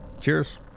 Cheers